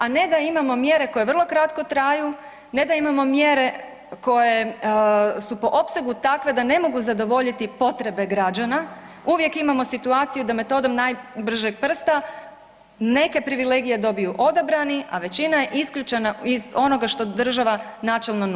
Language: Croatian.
A ne da imamo mjere koje vrlo kratko traju, ne da imamo mjere koje su po opsegu takve da ne mogu zadovoljiti potrebe građana, uvijek imamo situaciju da metodom najbržeg prsta neke privilegije dobiju odabrani, a većina je isključena iz onoga što država načelno nudi.